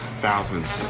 thousands.